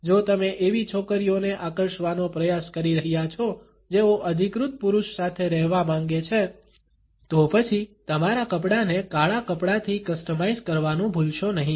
જો તમે એવી છોકરીઓને આકર્ષવાનો પ્રયાસ કરી રહ્યા છો જેઓ અધિકૃત પુરુષ સાથે રહેવા માંગે છે તો પછી તમારા કપડાને કાળા કપડાંથી કસ્ટમાઇઝ કરવાનું ભૂલશો નહીં